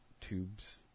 tubes